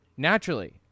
Naturally